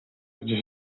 gdzie